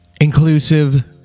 Inclusive